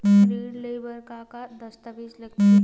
ऋण ले बर का का दस्तावेज लगथे?